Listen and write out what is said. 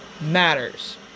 matters